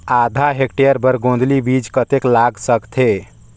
आधा हेक्टेयर बर गोंदली बीच कतेक लाग सकथे?